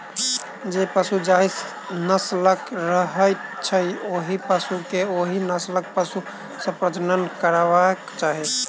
जे पशु जाहि नस्लक रहैत छै, ओहि पशु के ओहि नस्लक पशु सॅ प्रजनन करयबाक चाही